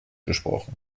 gesprochen